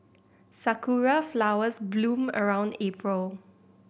sakura flowers bloom around April